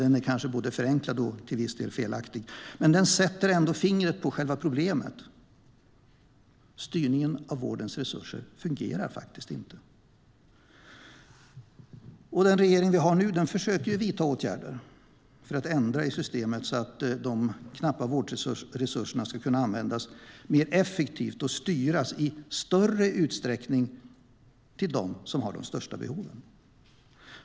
Den är måhända både förenklad och till viss del felaktig. Men den sätter ändå fingret på själva problemet: Styrningen av vårdens resurser fungerar inte. Den regering vi har nu försöker vidta åtgärder för att ändra i systemet, så att de knappa vårdresurserna ska kunna användas effektivare och i större utsträckning styras till dem som har de största behoven.